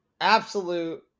absolute